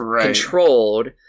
controlled